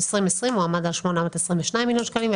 ב-2020 הוא עמד על 822 מיליון שקלים.